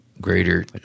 greater